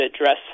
address